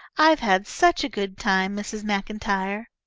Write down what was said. i've had such a good time, mrs. macintyre.